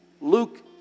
Luke